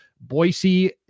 Boise